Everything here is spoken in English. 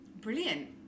Brilliant